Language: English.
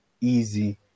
easy